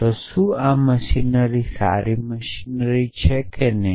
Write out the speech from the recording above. તો શું આ મશીનરી સારી મશીનરી છે કે નહીં